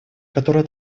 которые